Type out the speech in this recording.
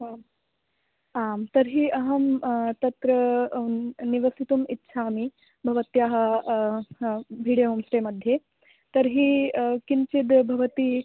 हा आम् तर्हि अहं तत्र निवसितुम् इच्छामि भवत्याः हा भीडे होम् स्टे मध्ये तर्हि किञ्चिद् भवति